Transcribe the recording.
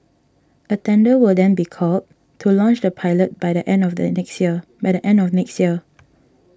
a tender will then be called to launch the pilot by the end of next year